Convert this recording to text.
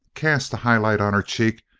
cast a highlight on her cheek,